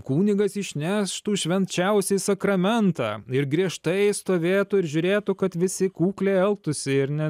kunigas išneštų švenčiausį sakramentą ir griežtai stovėtų ir žiūrėtų kad visi kukliai elgtųsi ir ne